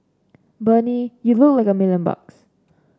Bernie you look like a million bucks